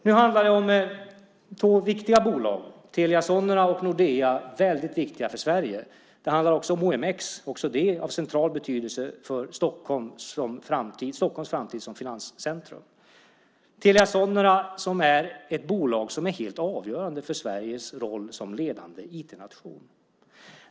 Nu handlar det om två viktiga bolag, Telia Sonera och Nordea, väldigt viktiga för Sverige. Det handlar också om OMX, även det av central betydelse för Stockholms framtid som finanscentrum. Telia Sonera är ett bolag som är helt avgörande för Sveriges roll som ledande IT-nation.